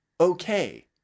Okay